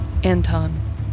Anton